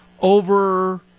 over